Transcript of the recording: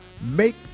Make